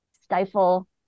stifle